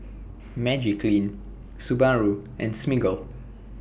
Magiclean Subaru and Smiggle